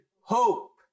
hope